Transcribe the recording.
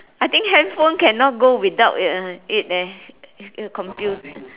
I think handphone cannot go without uh it eh